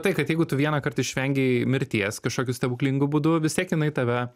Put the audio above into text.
tai kad jeigu tu vienąkart išvengei mirties kažkokiu stebuklingu būdu vis tiek jinai tave